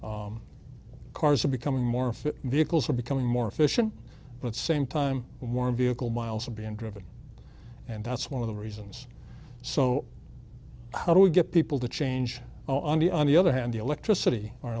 sectors cars are becoming more fit vehicles are becoming more efficient but same time more vehicle miles are being driven and that's one of the reasons so how do we get people to change on the on the other hand the electricity o